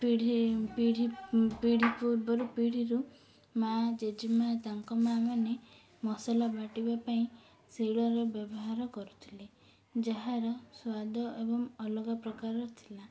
ପିଢ଼ି ପିଢ଼ି ପିଢ଼ି ପୂର୍ବରୁ ପିଢ଼ିରୁ ମାଆ ଜେଜେ ମାଆ ତାଙ୍କ ମାଆ ମାନେ ମସଲା ବାଟିବା ପାଇଁ ଶିଳର ବ୍ୟବହାର କରୁଥିଲେ ଯାହାର ସ୍ୱାଦ ଏବଂ ଅଲଗା ପ୍ରକାରର ଥିଲା